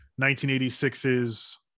1986's